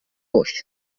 coix